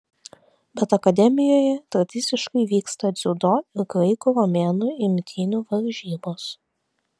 bet akademijoje tradiciškai vyksta dziudo ir graikų romėnų imtynių varžybos